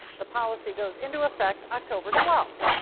the policy goes into effect october twelve.